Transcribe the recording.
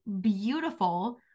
beautiful